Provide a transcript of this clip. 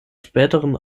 späteren